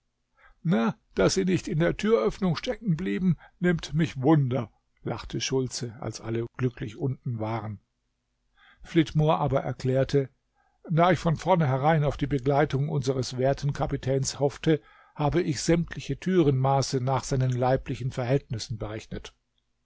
na daß sie nicht in der türöffnung stecken blieben nimmt mich wunder lachte schultze als alle glücklich unten waren flitmore aber erklärte da ich von vornherein auf die begleitung unsres werten kapitäns hoffte habe ich sämtliche türenmaße nach seinen leiblichen verhältnissen berechnet